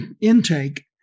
intake